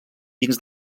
dins